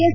S